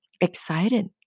excited